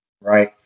right